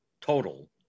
total